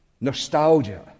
nostalgia